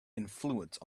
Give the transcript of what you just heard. influence